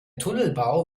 tunnelbau